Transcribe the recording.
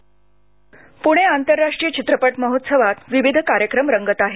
पूणे आंतरराष्ट्रीय चित्रपट महोत्सवात विविध कार्यक्रम रंगत आहेत